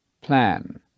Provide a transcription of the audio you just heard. plan